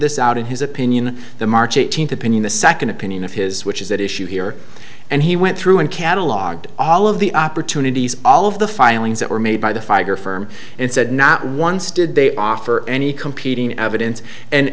this out in his opinion the march eighteenth opinion the second opinion of his which is that issue here and he went through and catalogued all of the opportunities all of the filings that were made by the fire firm and said not once did they offer any competing evidence and